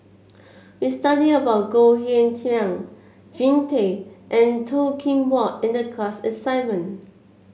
we studied about Goh Cheng Liang Jean Tay and Toh Kim Hwa in the class assignment